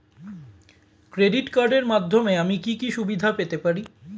Credit কার্ডের মাধ্যমে আমি কি কি সুবিধা পেতে পারি?